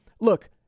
Look